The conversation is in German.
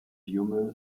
biomüll